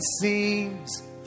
seems